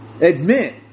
Admit